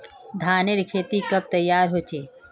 धानेर खेती कब तैयार होचे?